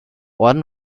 orden